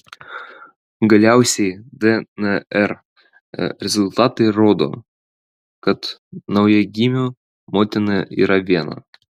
galiausiai dnr rezultatai rodo kad naujagimių motina yra viena